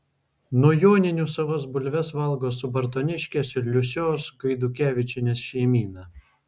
nuo joninių savas bulves valgo subartoniškės liusios gaidukevičienės šeimyna